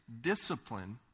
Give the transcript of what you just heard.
Discipline